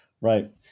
Right